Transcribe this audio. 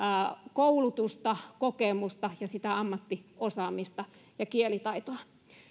koulutusta kokemusta sitä ammattiosaamista ja kielitaitoa